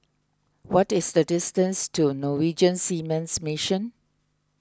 what is the distance to Norwegian Seamen's Mission